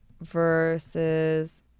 versus